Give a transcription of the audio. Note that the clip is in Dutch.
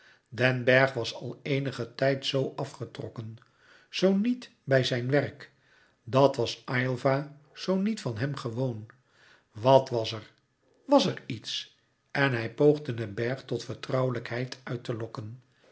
den bergh was al eenigen tijd zoo afgetrokken zoo niet bij zijn werk dat was aylva zoo niet van hem gewoon wat was er was er iets en hij poogde den bergh tot vertrouwelijkheid uit te lokken